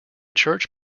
church